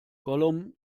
gollum